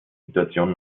situation